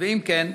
2. אם כן,